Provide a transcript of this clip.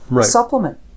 supplement